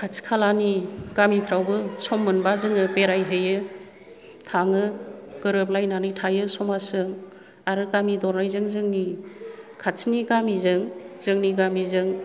खाथि खालानि गामिफ्रावबो सम मोनबा जोङो बेरायहैयो थाङो गोरोबलायनानै थायो समाजजों आरो गामि दरनैजों जोंनि खाथिनि गामिजों जोंनि गामिजों